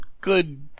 good